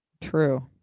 True